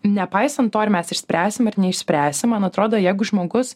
nepaisant to ar mes išspręsim ar neišspręsim man atrodo jeigu žmogus